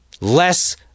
less